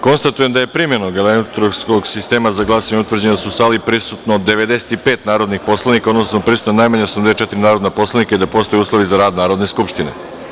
Konstatujem da je, primenom elektronskog sistema za glasanje, utvrđeno da je u sali prisutno 95 narodnih poslanika, odnosno da je prisutno najmanje 84 narodnih poslanika i da postoje uslovi za rad Narodne skupštine.